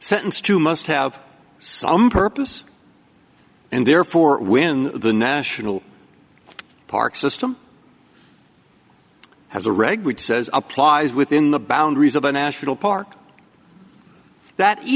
sentenced to must have some purpose and therefore when the national park system has a reg which says applies within the boundaries of a national park that